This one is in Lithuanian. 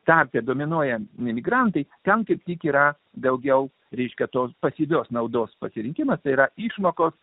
tarpe dominuoja migrantai ten kaip tik yra daugiau reiškia tos pasyvios naudos pasirinkimas yra išmokos